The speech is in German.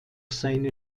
seine